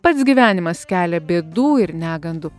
pats gyvenimas kelia bėdų ir negandų